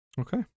Okay